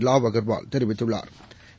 லாவ் அகர்வால் தெரிவித்துள்ளா்